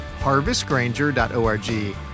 harvestgranger.org